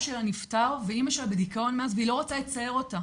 שלה נפטר ואמא שלה בדיכאון מאז והיא לא רוצה לצער אותה